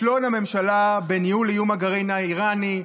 כישלון הממשלה בניהול איום הגרעין האיראני,